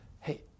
Hey